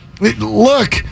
look